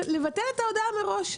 לבטל את ההודעה מראש.